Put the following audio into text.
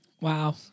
Wow